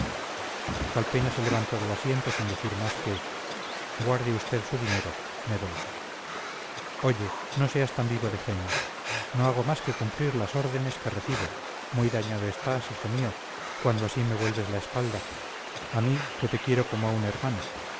noche calpena se levantó del asiento sin decir más que guarde usted su dinero me voy oye no seas tan vivo de genio no hago más que cumplir las órdenes que recibo muy dañado estás hijo mío cuando así me vuelves la espalda a mí que te quiero como a un hermano